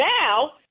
Now